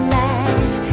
life